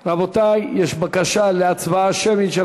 רבותי, יש בקשה להצבעה שמית,